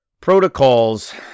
Protocols